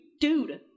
Dude